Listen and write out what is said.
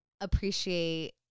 appreciate